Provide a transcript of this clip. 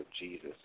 Jesus